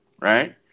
right